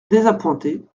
désappointé